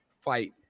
fight